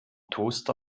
toaster